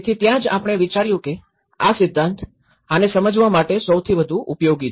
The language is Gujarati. તેથી ત્યાં જ આપણે વિચાર્યું કે આ સિદ્ધાંત આને સમજવા માટે સૌથી વધુ ઉપયોગી છે